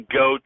go